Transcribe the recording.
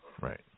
Right